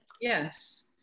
Yes